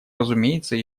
разумеется